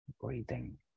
breathing